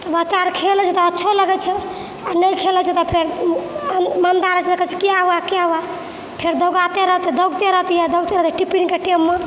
बच्चा अर खेल होइ छै तऽ अच्छे लगै छै आ नहि खेलै छै तऽ फेर मन्दा रहै छै तऽ कहै छै क्या हुआ क्या हुआ फेर दौड़ाते रहते दौड़ते रहती है दौड़ते रहती है टिफिनके टाइममे